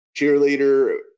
cheerleader